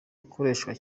ukoreshwa